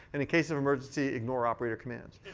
in the case of emergency, ignore operator commands.